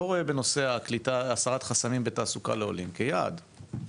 רואה בהסרת חסמים בתעסוקה לעולים כיעד,